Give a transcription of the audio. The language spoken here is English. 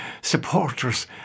supporters